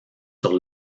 sur